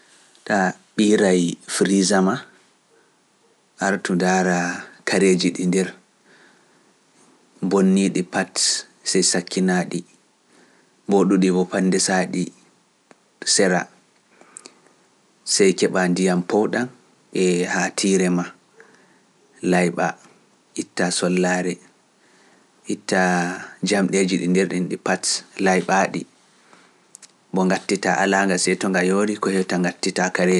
Mi ittai pat ko woni nder, mi ɓiirai nder e yaasi, mi naftira ndiyam powɗam e haatire. Mi huutinirai e taawulwel jorengel mi ɓiira.